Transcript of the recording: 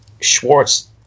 Schwartz